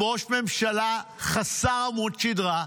עם ראש ממשלה חסר עמוד שדרה,